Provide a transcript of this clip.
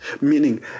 meaning